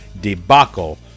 debacle